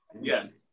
Yes